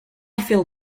feel